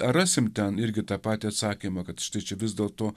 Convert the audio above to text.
ar rasim ten irgi tą patį atsakymą kad štai čia vis dėlto